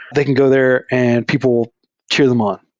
they can go there and people cheer them on.